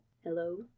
hello